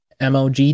MOG